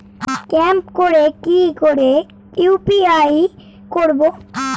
Scan করে কি করে ইউ.পি.আই করবো?